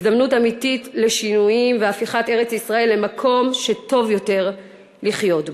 הזדמנות אמיתית לשינויים ולהפיכת ארץ-ישראל למקום שטוב יותר לחיות בו.